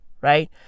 Right